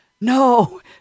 no